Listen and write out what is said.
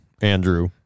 Andrew